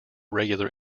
regular